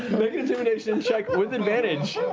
make an intimidation check with advantage.